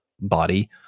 body